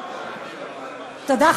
תודה,